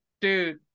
Dude